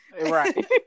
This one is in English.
Right